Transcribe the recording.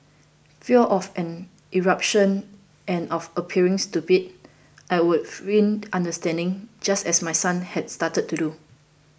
fear of an eruption and of appearing stupid I would feign understanding just as my son has started to do